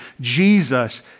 Jesus